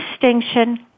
distinction